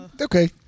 okay